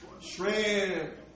Shrimp